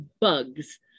bugs